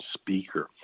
speaker